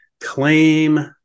claim